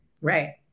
Right